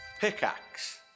Pickaxe